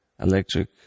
electric